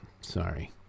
sorry